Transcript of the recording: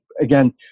again